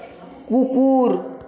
কুকুর